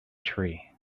tree